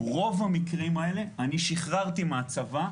רוב המקרים האלה אני שחררתי מהצבא,